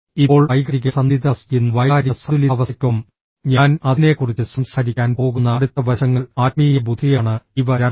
ഇപ്പോൾ വൈകാരിക സന്തുലിതാവസ്ഥ ഇന്ന് വൈകാരിക സന്തുലിതാവസ്ഥയ്ക്കൊപ്പം ഞാൻ അതിനെക്കുറിച്ച് സംസാരിക്കാൻ പോകുന്ന അടുത്ത വശങ്ങൾ ആത്മീയ ബുദ്ധിയാണ് ഇവ രണ്ടും